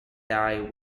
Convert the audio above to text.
die